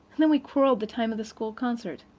and then we quarrelled the time of the school concert.